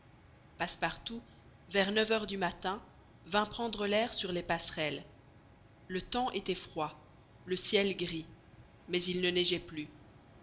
passepartout vers neuf heures du matin vint prendre l'air sur les passerelles le temps était froid le ciel gris mais il ne neigeait plus